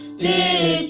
the